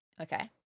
Okay